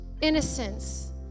Innocence